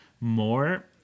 more